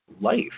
life